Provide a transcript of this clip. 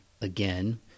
again